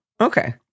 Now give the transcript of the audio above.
Okay